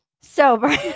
sober